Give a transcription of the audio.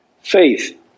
faith